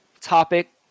topic